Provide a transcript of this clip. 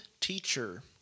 Teacher